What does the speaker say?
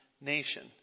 nation